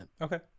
okay